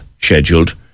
scheduled